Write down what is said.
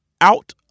out